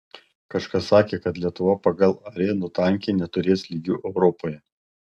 kažkas sakė kad lietuva pagal arenų tankį neturės lygių europoje